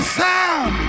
sound